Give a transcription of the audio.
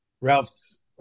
Ralph's